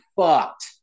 fucked